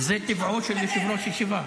זה טבעו של יושב-ראש ישיבה.